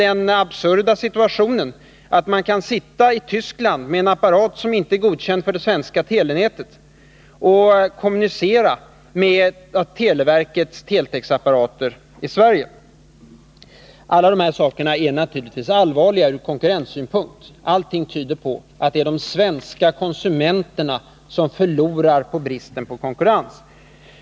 den absurda situationen, att man kan sitta i Tyskland med en apparat som inte är godkänd för det svenska telenätet och kommunicera med televerkets teletexapparater i Sverige. Alla dessa saker är allvarliga ur konkurrenssynpunkt. Allt tyder på att det är de svenska konsumenterna som förlorar genom bristen på konkurrens.